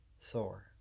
Thor